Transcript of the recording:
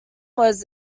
was